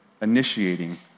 initiating